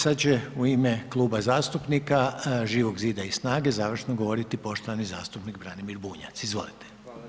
Sada će u ime Kluba zastupnika Živog zida i SNAGA-e završno govoriti poštovani zastupnik Branimir Bunjac, izvolite.